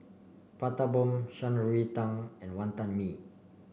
Prata Bomb Shan Rui Tang and Wantan Mee